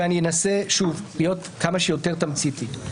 ואני אנסה להיות כמה שיותר תמציתי.